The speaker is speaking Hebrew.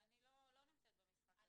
אני לא נמצאת במשחק הזה.